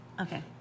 okay